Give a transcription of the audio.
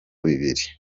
bibiri